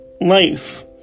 life